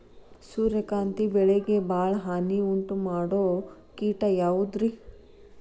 ಸೂರ್ಯಕಾಂತಿ ಬೆಳೆಗೆ ಭಾಳ ಹಾನಿ ಉಂಟು ಮಾಡೋ ಕೇಟ ಯಾವುದ್ರೇ?